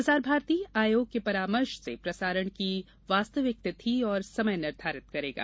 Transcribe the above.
प्रसार भारती आयोग के परामर्श से प्रसारण की वास्तविक तिथि और समय निर्धारित करेगा